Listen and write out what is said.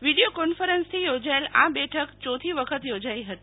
video કોન્ફરન્સથી યોજાયેલા આ બેઠક ચોથી વખત યોજાઈ હતી